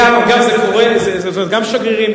גם שגרירים,